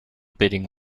bidding